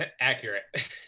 Accurate